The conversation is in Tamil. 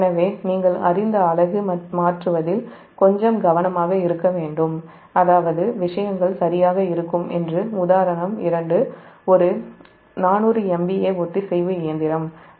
எனவே நீங்கள் அறிந்த அலகு மாற்றுவதில் கொஞ்சம் கவனமாக இருக்க வேண்டும் அதாவது விஷயங்கள் சரியாக இருக்கும் என்று உதாரணம் 2 ஒரு 400 MVA ஒத்திசைவு இயந்திரம் அதற்கு H1 4